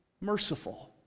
merciful